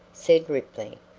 said ripley.